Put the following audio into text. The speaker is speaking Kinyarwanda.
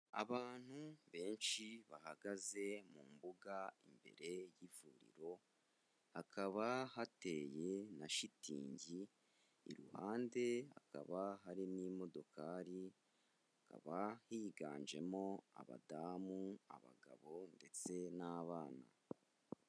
Abantu benshi bahagaze mu mbuga imbere y'ivuriro, hakaba hateye na shitingi, iruhande hakaba hari n'imodokari, hakaba higanjemo abadamu, abagabo ndetse n'abana.